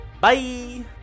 Bye